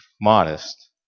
modest